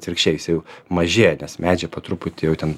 atvirkščiai jis jau mažėja nes medžiai po truputį jau ten